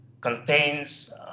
contains